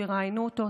שיראיינו אותו,